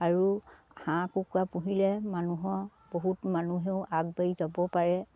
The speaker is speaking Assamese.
আৰু হাঁহ কুকুৰা পুহিলে মানুহৰ বহুত মানুহেও আগবাঢ়ি যাব পাৰে